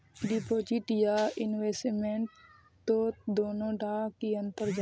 Deposit या investment तोत दोनों डात की अंतर जाहा?